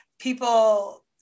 People